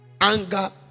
Anger